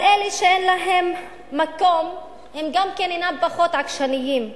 אבל אלה שאין להם מקום הם אינם פחות עקשנים.